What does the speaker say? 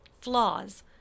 flaws